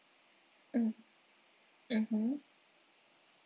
mm mmhmm